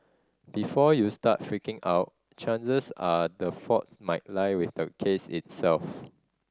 before you start freaking out chances are the fault might lie with the case itself